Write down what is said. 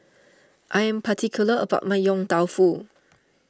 I am particular about my Yong Tau Foo